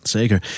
Zeker